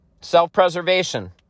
Self-preservation